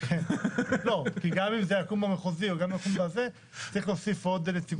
כי גם אם זה יקום במחוזי צריך להוסיף עוד נציגות.